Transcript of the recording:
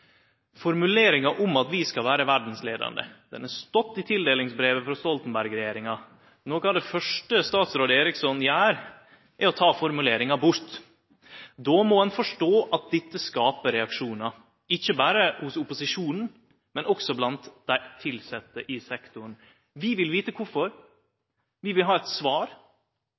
formuleringa om at vi skal vere verdsleiande. Formuleringa har stått i tildelingsbrevet frå Stoltenberg-regjeringa. Noko av det første statsråd Eriksson gjer, er å ta formuleringa bort. Då må ein forstå at dette skaper reaksjonar, ikkje berre hos opposisjonen, men også blant dei tilsette i sektoren. Vi vil vite kvifor, vi vil ha eit svar,